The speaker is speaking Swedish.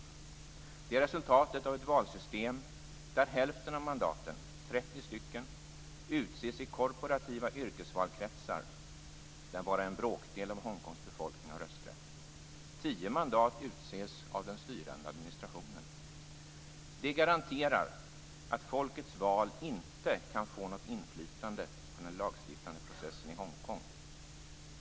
Detta är resultatet av ett valsystem, där hälften av mandaten - 30 stycken - utses i korporativa yrkesvalkretsar, där bara en bråkdel av Hongkongs befolkning har rösträtt. Det garanterar att folkets val inte kan få något inflytande på den lagstiftande processen i Hongkong.